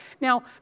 Now